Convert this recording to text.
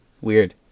Weird